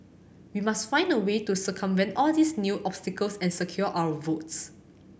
we must find a way to circumvent all these new obstacles and secure our votes